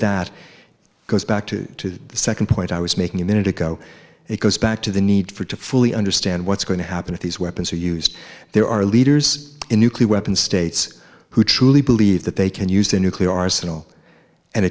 that goes back to the second point i was making a minute ago it goes back to the need for to fully understand what's going to happen if these weapons are used there are leaders in nuclear weapons states who truly believe that they can use their nuclear arsenal and